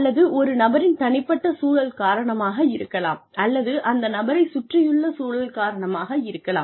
அல்லது ஒரு நபரின் தனிப்பட்ட சூழல் காரணமாக இருக்கலாம் அல்லது அந்த நபரை சுற்றியுள்ள சூழல் காரணமாக இருக்கலாம்